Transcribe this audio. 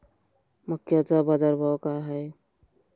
मक्याचा बाजारभाव काय हाय?